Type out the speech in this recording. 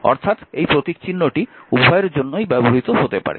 অর্থাৎ এই প্রতীকচিহ্নটি উভয়ের জন্যই ব্যবহৃত হতে পারে